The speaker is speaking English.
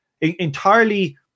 entirely